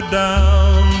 down